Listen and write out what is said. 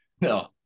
No